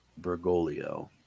Bergoglio